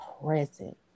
present